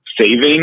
saving